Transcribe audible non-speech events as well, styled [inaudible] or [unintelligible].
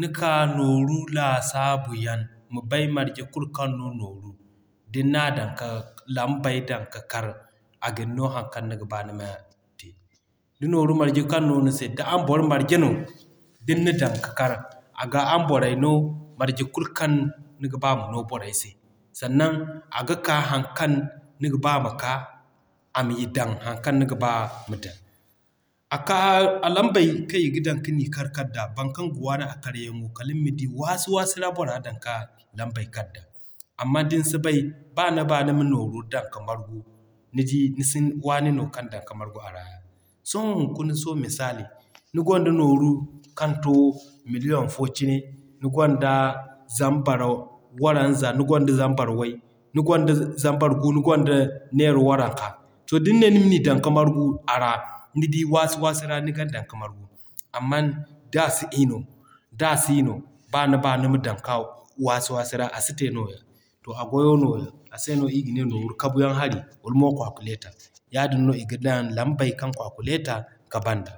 ni k'a nooru laasabu yaŋ, ma bay marje kulu kaŋ no nooru, din na dan ka lambay dan ka kar, a gin no haŋ kaŋ niga ba nima te. Da nooru marje kaŋ no ni se, da araŋ boro marje no din na dan ka kar, aga araŋ borey no marje kulu kaŋ niga ba ma noo borey se. Sannan aga ka haŋ kaŋ niga ba ama ka, a m'i dan haŋ kaŋ niga ba ma dan. [unintelligible] a lambay kaŋ iga dan kani kar kar da baŋ kaŋ ga waani a kar yaŋo kala nima di waasu waasu ra bora dan k'a lambay kar da. Amma din si bay, ba ni ba nima nooru dan ka margu, nidi ni si waanu no kaŋ dan ka margu a ra. Sohõ hunkuna sohõ misali, ni gonda nooru kan too million fo cine, ni gonda zambar waranza, ni gonda zambar way, ni gonda zambar gu, ni gonda naira waranka, to din ne nimi dan ka margu a ra, nidi waasu waasu ra ni gan dan ka margu. Amman da [unintelligible] d'a siino ni baa nima dan ka waasu waasu ra a si te nooya. To a goyo nooya, a se no ii ga ne Nooru kabu yaŋ hari wala mo Calculator. Yaadin no iga dan lambay kaŋ Calculator ka ban d'a.